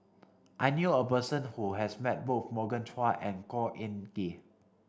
I knew a person who has met both Morgan Chua and Khor Ean Ghee